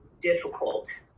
difficult